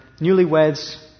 Newlyweds